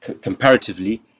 comparatively